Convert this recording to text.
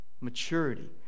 maturity